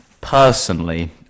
personally